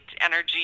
energy